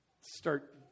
start